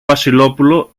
βασιλόπουλο